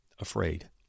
afraid